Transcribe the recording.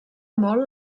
molt